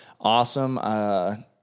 awesome